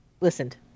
Listened